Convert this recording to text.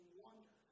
wonder